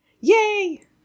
Yay